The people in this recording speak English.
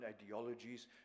ideologies